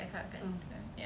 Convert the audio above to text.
mm